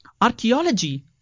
Archaeology